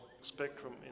spectrum